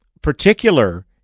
particular